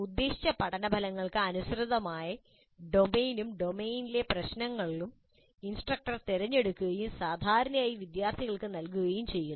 ഉദ്ദേശിച്ച പഠനഫലങ്ങൾക്ക് അനുസൃതമായി ഡൊമെയ്നും ഡൊമെയ്നിലെ പ്രശ്നങ്ങളും ഇൻസ്ട്രക്ടർ തിരഞ്ഞെടുക്കുകയും സാധാരണയായി വിദ്യാർത്ഥികൾക്ക് നൽകുകയും ചെയ്യുന്നു